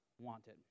wanted